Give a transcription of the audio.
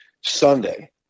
Sunday